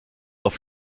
auf